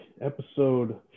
Episode